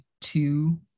two